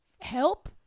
Help